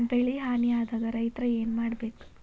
ಬೆಳಿ ಹಾನಿ ಆದಾಗ ರೈತ್ರ ಏನ್ ಮಾಡ್ಬೇಕ್?